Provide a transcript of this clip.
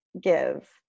Give